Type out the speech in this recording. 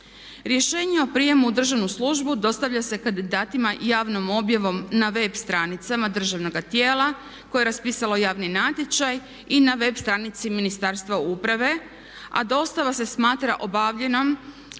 Rješenje o prijemu u državnu službu dostavlja se kandidatima javnom objavom na web stranicama državnoga tijela koje je raspisalo javni natječaj i na web stranici Ministarstva uprave a dostava se smatra obavljenom